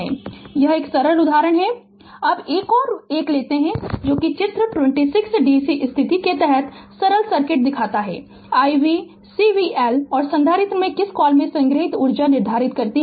Refer Slide Time 2435 अब एक और 1 यह है कि चित्र 26 dc स्थिति के तहत सरल सर्किट दिखाता है i v C v L और संधारित्र में किस कॉल में संग्रहीत ऊर्जा निर्धारित करता है